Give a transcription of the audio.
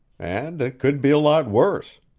and it could be a lot worse.